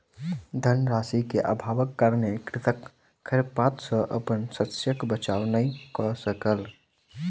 धन राशि के अभावक कारणेँ कृषक खरपात सॅ अपन शस्यक बचाव नै कय सकल